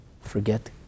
forget